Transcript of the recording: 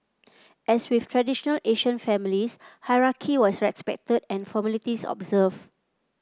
as with traditional Asian families hierarchy was respected and formalities observed